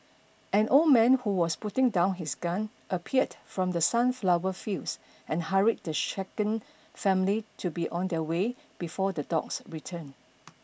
an old man who was putting down his gun appeared from the sunflower fields and hurried the shaken family to be on their way before the dogs return